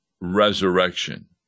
resurrection